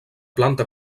planta